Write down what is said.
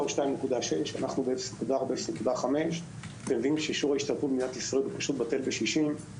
הוא 2.6. שיעור ההשתתפות במדינת ישראל בטל בשישים.